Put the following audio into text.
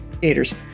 Gators